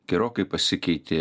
gerokai pasikeitė